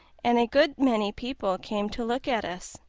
and a good many people came to look at us.